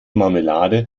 marmelade